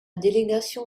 délégation